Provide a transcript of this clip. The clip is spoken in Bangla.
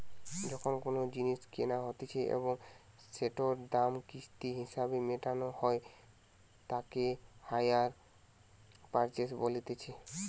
যখন কোনো জিনিস কেনা হতিছে এবং সেটোর দাম কিস্তি হিসেবে মেটানো হই তাকে হাইয়ার পারচেস বলতিছে